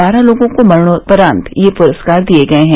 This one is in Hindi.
बारह लोगों को मरणोपरांत ये पुरस्कार दिये गये हैं